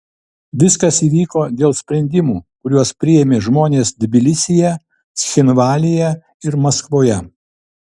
viskas įvyko dėl sprendimų kuriuos priėmė žmonės tbilisyje cchinvalyje ir maskvoje